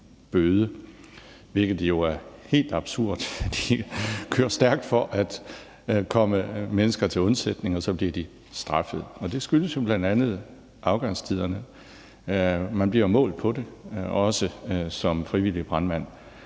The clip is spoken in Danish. bøde, hvilket jo er helt absurd. For de er kørt stærkt for at komme mennesker til undsætning, og så bliver de straffet, og det skyldes jo bl.a. afgangstiderne. Man bliver jo målt på dem, også som frivillig brandmænd,